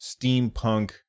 steampunk